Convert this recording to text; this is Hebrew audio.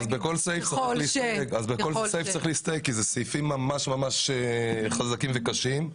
אלה סעיפים ממש חזקים וקשים.